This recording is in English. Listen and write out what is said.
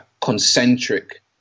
concentric